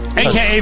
aka